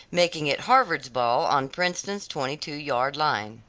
making it harvard's ball on princeton's twenty-two yard line.